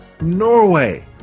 Norway